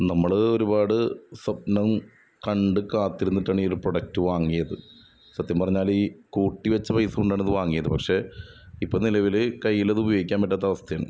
നമ്മൾ ഒരുപാട് സ്വപ്നം കണ്ട് കാത്തിരുന്നിട്ടാണ് ഈ ഒരു പ്രൊഡക്റ്റ് വാങ്ങിയത് സത്യം പറഞ്ഞാൽ ഈ കൂട്ടി വച്ച പൈസ കൊണ്ടാണ് ഇത് വാങ്ങിയത് പക്ഷേ ഇപ്പം നിലവിൽ കയ്യിൽ അത് ഉപയോഗിക്കാൻ പറ്റാത്ത അവസ്ഥയാണ്